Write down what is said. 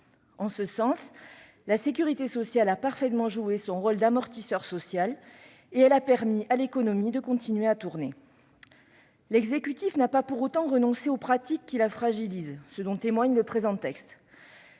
En ce sens, elle a parfaitement joué son rôle d'amortisseur social et a permis à l'économie de continuer à tourner. L'exécutif n'a pas pour autant renoncé aux pratiques qui la fragilisent, comme en témoigne le présent texte.